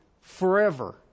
forever